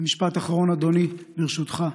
ומשפט אחרון, אדוני, ברשותך.